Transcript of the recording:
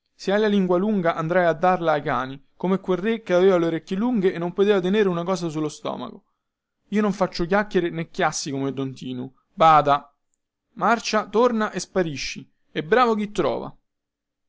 se hai la lingua lunga andrai a darla ai cani come quel re che aveva le orecchie lunghe e non poteva tenere una cosa sullo stomaco io non faccio chiacchiere nè chiassi come don tinu bada marcia torna e sparisci e bravo chi ti trova